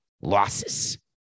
losses